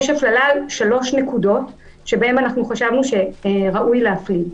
יש הפללה על שלוש נקודות שבהן חשבנו שראוי להפליל,